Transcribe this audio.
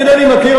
אני אינני מכיר,